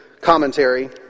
commentary